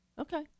Okay